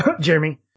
Jeremy